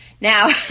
Now